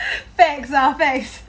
facts lah facts